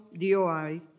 DOI